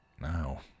now